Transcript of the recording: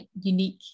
unique